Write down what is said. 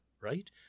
right